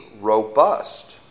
robust